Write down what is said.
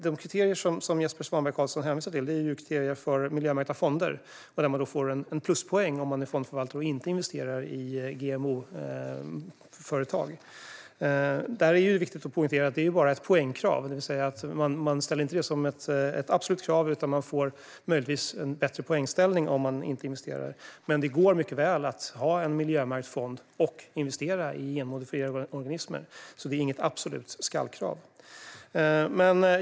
De kriterier som Jesper Skalberg Karlsson hänvisar till är kriterier för miljömärkta fonder där man får en pluspoäng om man är fondförvaltare och inte investerar i GMO-företag. Det är viktigt att poängtera att det bara är ett poängkrav, det vill säga att man inte ställer det som ett absolut krav utan att det möjligtvis ger en bättre poängställning att inte investera i GMO. Men det går mycket väl att ha en miljömärkt fond och investera i genmodifierade organismer. Det är alltså inget absolut skall-krav.